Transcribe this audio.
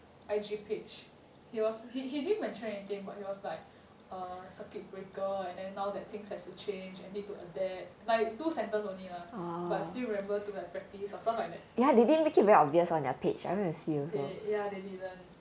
I_G page he was he didn't mention anything but he was like uh circuit breaker and then now that things has to change I need to adapt like two sentence only lah but still remember to practice or stuff like that they ya they didn't